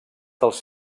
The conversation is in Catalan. dels